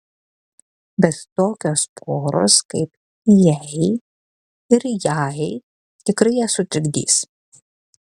bet tokios poros kaip jei ir jai tikrai ją sutrikdys